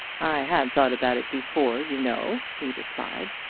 i had thought about it before, you know, he replied.